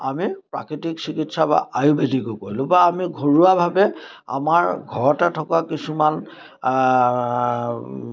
আমি প্ৰাকৃতিক চিকিৎসা বা আয়ুৰ্বেদিকো কৰিলোঁ বা আমি ঘৰুৱাভাৱে আমাৰ ঘৰতে থকা কিছুমান